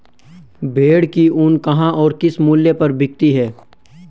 भेड़ की ऊन कहाँ और किस मूल्य पर बिकती है?